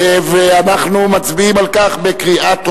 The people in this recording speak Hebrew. ואנחנו מצביעים על כך בקריאה טרומית.